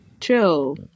chill